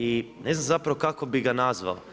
I ne znam zapravo kako bih ga nazvao.